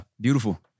beautiful